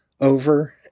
over